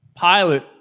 Pilate